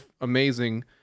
amazing